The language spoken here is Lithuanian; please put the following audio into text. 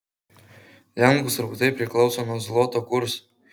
lenkų srautai priklauso nuo zloto kurso